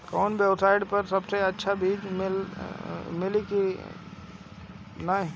कवन वेबसाइट पर सबसे अच्छा बीज मिली तनि बताई?